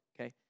okay